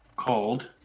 Called